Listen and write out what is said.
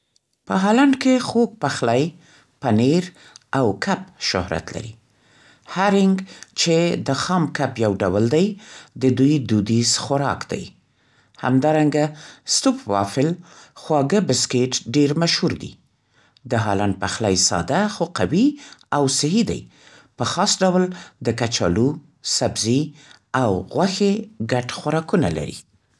په هالنډ کې خوږ پخلی، پنیر او کب شهرت لري. «هارینګ» چې د خام کب یو ډول دی، د دوی دودیز خوراک دی. همدارنګه «ستوپ وافل» خواږه بسکټ ډېر مشهور دي. د هالنډ پخلی ساده خو قوي او صحي دي، په خاص ډول د کچالو، سبزي او غوښې ګډ خوراکونه لري.